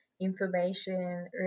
information